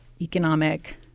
economic